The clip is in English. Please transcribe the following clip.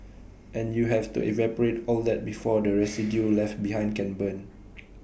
and you have to evaporate all that before the residue left behind can burn